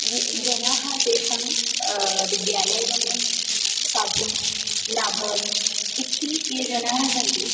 ये जनाः तेषां विद्यालयगमनं साध्यं न अभवत् इति ये जनाः सन्ति